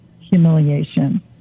humiliation